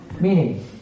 Meaning